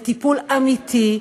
לטיפול אמיתי,